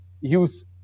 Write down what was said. use